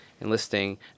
enlisting